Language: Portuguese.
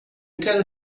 quero